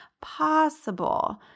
possible